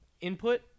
input